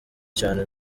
cyane